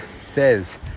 says